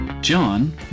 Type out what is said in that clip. John